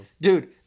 Dude